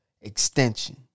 extension